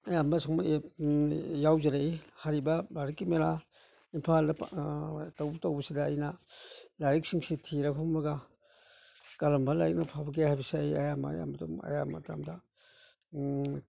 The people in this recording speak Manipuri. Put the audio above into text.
ꯑꯌꯥꯝꯕ ꯁꯨꯝꯕ ꯌꯥꯎꯖꯔꯛꯏ ꯍꯥꯏꯔꯤꯕ ꯂꯥꯏꯔꯤꯛꯀꯤ ꯃꯦꯂꯥ ꯏꯝꯐꯥꯜꯗ ꯇꯧꯕ ꯇꯧꯕꯁꯤꯗ ꯑꯩꯅ ꯂꯥꯏꯔꯤꯛꯁꯤꯡꯁꯤ ꯊꯤꯔ ꯍꯨꯝꯃꯒ ꯀꯔꯝꯕ ꯂꯥꯏꯔꯤꯛꯅ ꯐꯕꯒꯦ ꯍꯥꯏꯕꯁꯦ ꯑꯩ ꯑꯌꯥꯝꯕ ꯑꯌꯥꯝꯕ ꯃꯇꯝꯗ